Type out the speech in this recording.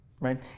right